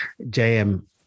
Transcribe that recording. JM